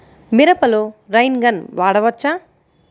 మిరపలో rain gun వాడవచ్చా?